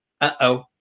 uh-oh